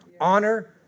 Honor